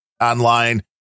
online